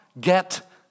get